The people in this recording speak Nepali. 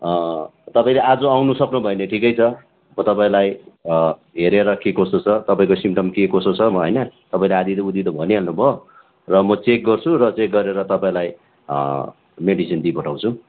तपाईँले आज आउनु सक्नु भयो भने ठिकै छ म तपाईँलाई हेरेर के कस्तो छ तपाईँको सिमटम्स के कसो छ होइन तपाईँले आधाउधी त भनिहाल्नुभयो र म चेक गर्छु र चेक गरेर तपाईँलाई मेडिसिन दिइपठाउँछु